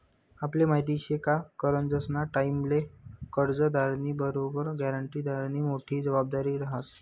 आपले माहिती शे का करजंना टाईमले कर्जदारनी बरोबर ग्यारंटीदारनी मोठी जबाबदारी रहास